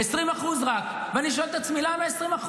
רק 20%. ואני שואל את עצמי: למה 20%?